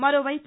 మరోవైపు